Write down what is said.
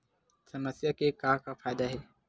समस्या के का फ़ायदा हे?